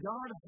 God